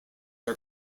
are